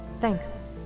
Thanks